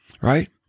Right